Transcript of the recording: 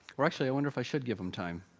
or actually i wonder if i should give him time.